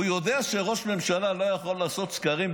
הוא יודע שראש ממשלה לא יכול לעשות סקרים,